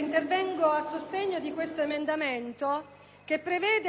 milioni di euro a sostegno del Piano irriguo nazionale.